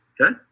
Okay